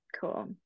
Cool